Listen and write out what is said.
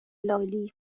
لالی